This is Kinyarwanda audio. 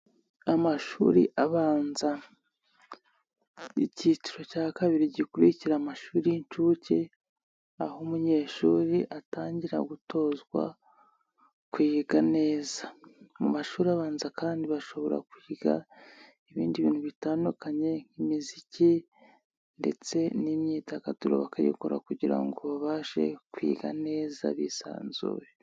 Amashuri abanza icyiciro cya kabiri gikurikira amashuri y'inshuke, aho umunyeshuri atangira gutozwa kwiga neza. Mu mashuri abanza kandi bashobora kwiga ibindi bintu bitandukanye nk'imiziki ndetse n'imyidagaduro bakayikora kugira ngo babashe kwiga neza bisanzuye.